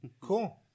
Cool